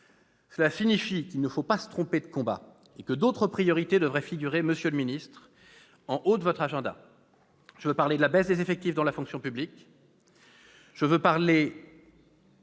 Cela signifie qu'il ne faut pas se tromper de combat et que d'autres priorités devraient figurer, monsieur le secrétaire d'État, en haut de votre agenda. Je veux parler de la baisse des effectifs dans la fonction publique, de l'effort